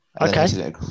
okay